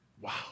wow